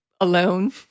alone